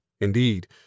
Indeed